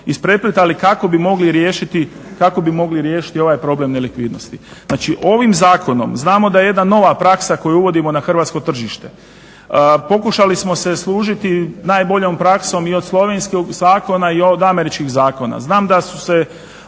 riješiti, kako bi mogli riješiti ovaj problem nelikvidnosti. Znači, ovim zakonom znamo da je jedna nova praksa koju uvodimo na hrvatsko tržište. pokušali smo se služiti najboljom praksom i od slovenskog zakona i od Američkih zakona. Znam da su se,